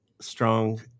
strong